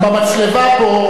גם בכביש המצלבה פה.